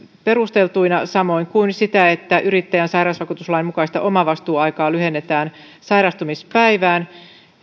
perusteltuina samoin kuin sitä että yrittäjän sairausvakuutuslain mukaista omavastuuaikaa lyhennetään sairastumispäivään